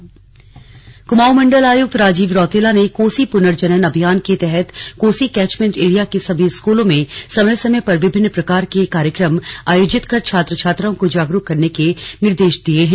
कोसी पुनर्जनन बैठक कुमाऊं मण्डल आयुक्त राजीव रौतेला ने कोसी पुनर्जनन अभियान के तहत कोसी कैंचमेंट एरिया के सभी स्कूलों में समय समय पर विभिन्न प्रकार के कार्यक्रम आयोजित कर छात्र छात्राओं को जागरूक करने के निर्देश दिये हैं